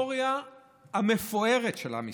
ההיסטוריה המפוארת של עם ישראל,